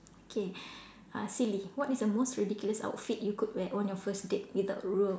okay uh silly what is the most ridiculous outfit you could wear on your first date without ruin